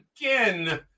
again